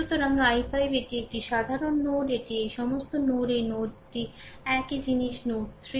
সুতরাং i5 এটি একটি সাধারণ নোড এটি এই সমস্ত নোড এই নোডটি একই জিনিস নোড ৩